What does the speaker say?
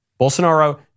Bolsonaro